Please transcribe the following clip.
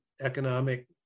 economic